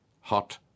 hot